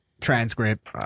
transcript